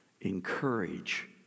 encourage